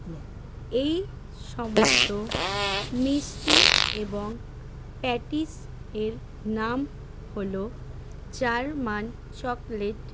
এই সমস্ত মিষ্টি এবং প্যাটিস এর নাম হলো জার্মান চকোলেট